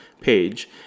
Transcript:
page